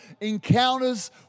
encounters